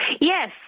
Yes